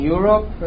Europe